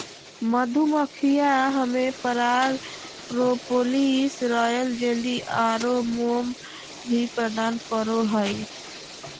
मधुमक्खियां हमें पराग, प्रोपोलिस, रॉयल जेली आरो मोम भी प्रदान करो हइ